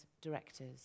directors